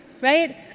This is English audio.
right